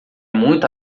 muito